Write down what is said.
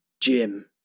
Jim